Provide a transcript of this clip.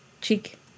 cheek